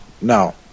No